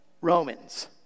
Romans